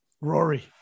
Rory